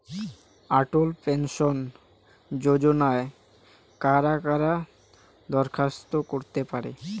অটল pension যোজনায় কারা কারা দরখাস্ত করতে পারে?